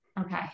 Okay